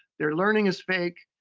their learning is fake,